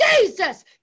Jesus